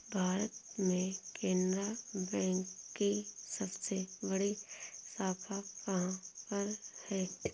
भारत में केनरा बैंक की सबसे बड़ी शाखा कहाँ पर है?